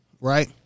right